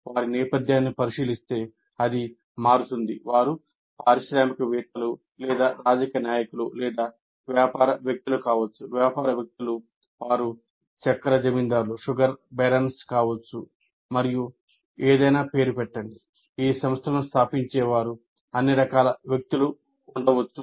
మీరు వారి నేపథ్యాన్ని పరిశీలిస్తే అది మారుతుంది వారు పారిశ్రామికవేత్తలు రాజకీయ నాయకులు వ్యాపార వ్యక్తులు కావచ్చు ఏదైనా పేరు పెట్టండి ఈ సంస్థలను స్థాపించే వారు అన్ని రకాల వ్యక్తులు ఉండవచ్చు